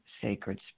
sacred